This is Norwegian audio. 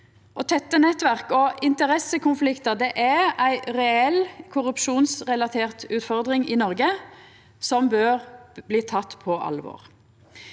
Tette nettverk og interessekonfliktar er ei reell, korrupsjonsrelatert utfordring i Noreg som bør bli teken på alvor.